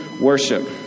worship